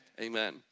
amen